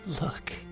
Look